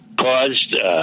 caused